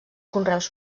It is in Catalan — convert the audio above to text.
conreus